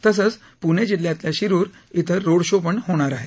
तसंच पुणे जिल्ह्यातल्या शिरुर इथं रोड शो होणार आहे